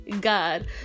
God